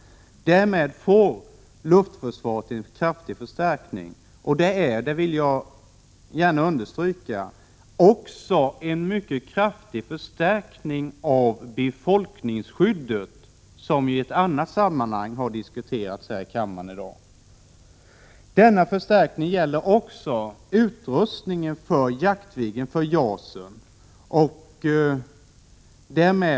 Därmed får luftförsvaret en kraftig förstärkning och det är, det vill jag gärna understryka, även en mycket kraftig förstärkning av befolkningsskyddet, som i ett annat sammanhang har diskuterats här i kammaren i dag. Denna förstärkning gäller också utrustningen för Jaktviggen och JAS.